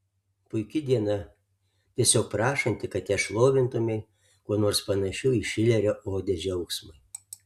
puiki diena tiesiog prašanti kad ją šlovintumei kuo nors panašiu į šilerio odę džiaugsmui